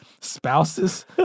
spouses